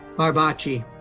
barbacci.